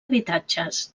habitatges